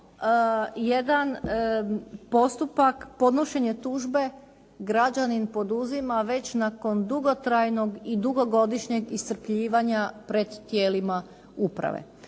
jedan postupak podnošenje tužbe građanin poduzima već nakon dugotrajnog i dugogodišnjeg iscrpljivanja pred tijelima uprave.